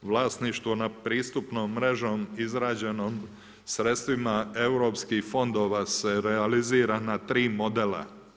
Vlasništvo nad pristupnom mrežom izrađenom sredstvima europskih fondova se realizira na 3 modela.